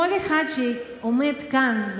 כל אחד שעומד כאן,